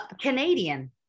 Canadian